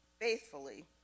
faithfully